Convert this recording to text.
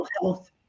health